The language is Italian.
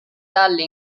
dalle